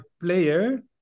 player